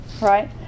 right